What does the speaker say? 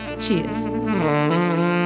Cheers